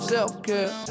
Self-care